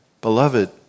Beloved